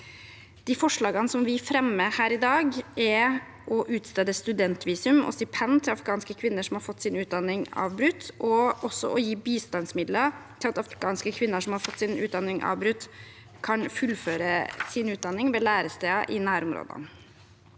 De forslagene vi fremmer her i dag, er å utstede studentvisum og stipend til afghanske kvinner som har fått sin utdanning avbrutt, og også å gi bistandsmidler til at afghanske kvinner som har fått sin utdanning avbrutt, kan fullføre sin utdanning ved læresteder i nærområdene.